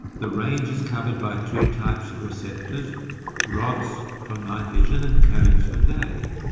the range is covered by two types of receptors rods for night vision and cones for day.